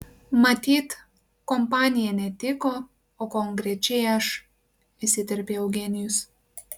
matyt kompanija netiko o konkrečiai aš įsiterpė eugenijus